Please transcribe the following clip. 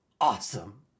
awesome